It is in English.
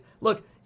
look